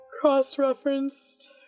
Cross-referenced